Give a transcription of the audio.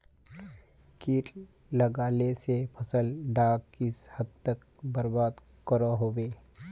किट लगाले से फसल डाक किस हद तक बर्बाद करो होबे?